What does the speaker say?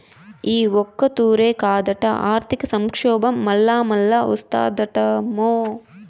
ఈ ఒక్కతూరే కాదట, ఆర్థిక సంక్షోబం మల్లామల్లా ఓస్తాదటమ్మో